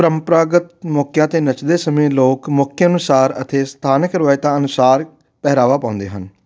ਪਰੰਪਰਾਗਤ ਮੌਕਿਆਂ 'ਤੇ ਨੱਚਦੇ ਸਮੇਂ ਲੋਕ ਮੌਕੇ ਅਨੁਸਾਰ ਅਤੇ ਸਥਾਨਕ ਰਵਾਇਤਾਂ ਅਨੁਸਾਰ ਪਹਿਰਾਵਾ ਪਾਉਂਦੇ ਹਨ